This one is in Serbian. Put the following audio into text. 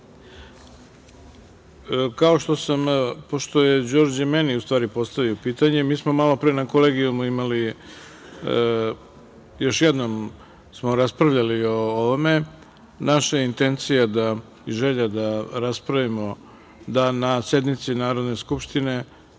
Hvala. Pošto je Đorđe meni postavio pitanje, mi smo malopre na kolegijumu imali, još jednom smo raspravljali o ovome, naša intencija i želja da raspravimo, da na sednici Narodne skupštine,